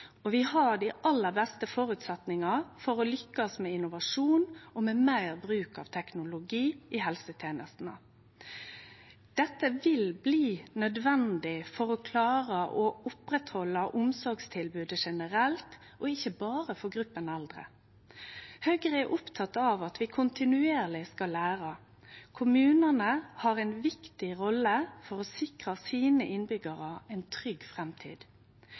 framme. Vi har dei aller beste føresetnadene for å lykkast med innovasjon og meir bruk av teknologi i helsetenestene. Dette vil bli nødvendig for å klare å oppretthalde omsorgstilbodet generelt, ikkje berre for gruppa eldre. Høgre er oppteke av at vi kontinuerleg skal lære. Kommunane har ei viktig rolle for å sikre innbyggjarane sine ei trygg framtid.